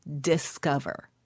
discover